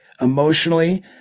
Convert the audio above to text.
emotionally